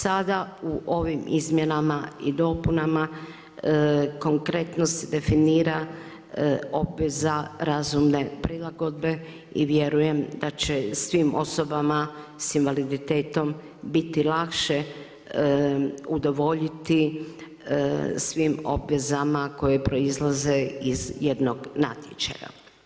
Sada u ovim izmjenama i dopunama konkretne se definira obveza razumne prilagodbe i vjerujem da će svim osobama sa invaliditetom biti lakše udovoljiti svim obvezama koje proizlaze iz jednog natječaja.